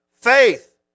faith